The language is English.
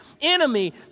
enemy